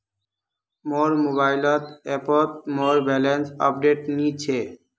मोर मोबाइल ऐपोत मोर बैलेंस अपडेट नि छे